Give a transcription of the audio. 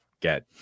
get